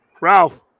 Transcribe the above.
Ralph